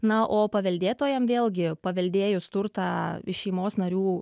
na o paveldėtojam vėlgi paveldėjus turtą iš šeimos narių